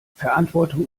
verantwortung